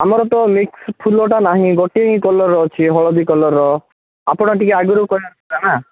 ଆମର ତ ମିକ୍ସ ଫୁଲଟା ନାହିଁ ଗୋଟିଏ ହିଁ କଲର ଅଛି ହଳଦୀ କଲରର ଆପଣ ଟିକିଏ ଆଗରୁ କହିବାର ଥିଲା ନା